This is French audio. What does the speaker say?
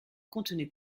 contenez